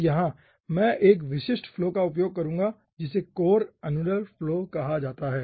तो यहाँ मैं एक विशिष्ट फ्लो का उपयोग करूँगा जिसे कोर अनुलर फ्लो कहा जाता है